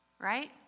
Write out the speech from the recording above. right